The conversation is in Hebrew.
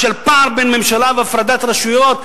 של פער בין ממשלה, והפרדת רשויות?